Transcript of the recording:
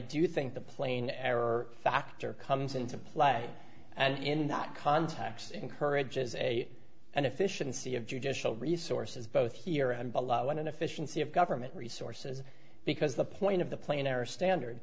do think the plain error factor comes into play and in that context encourages a and efficiency of judicial resources both here and by a lot when inefficiency of government resources because the point of the planer standard